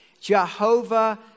Jehovah